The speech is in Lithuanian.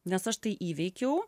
nes aš tai įveikiau